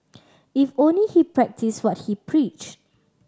if only he practise what he preach